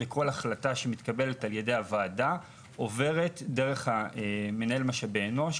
וכל החלטה שמתקבלת על ידי הוועדה עוברת דרך מנהל משאבי אנוש,